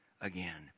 again